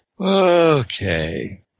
okay